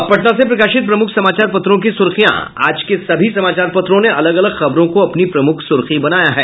अब पटना से प्रकाशित प्रमुख समाचार पत्रों की सुर्खियां आज के सभी समाचार पत्रों ने अलग अलग खबरों को अपनी प्रमुख सुर्खी बनाया है